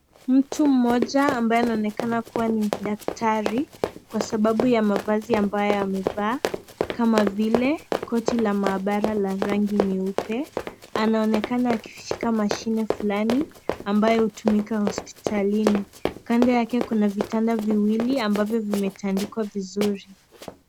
Mtu mmoja ambaye anaonekana kuwa ni daktari kwa sababu ya mavazi ambayo amevaa kama vile koti la maabara la rangi nyeupe. Anaonekana akishika mashine fulani ambayo hutumika hospitalini, kando yake kuna vitanda viwili ambayo vimetandikwa vizuri.